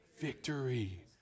Victory